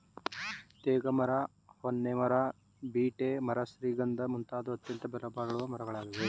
ತೇಗ ಮರ, ಹೊನ್ನೆ ಮರ, ಬೀಟೆ ಮರ ಶ್ರೀಗಂಧದ ಮುಂತಾದವು ಅತ್ಯಂತ ಬೆಲೆಬಾಳುವ ಮರಗಳಾಗಿವೆ